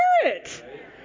Spirit